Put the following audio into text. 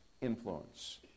influence